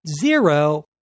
zero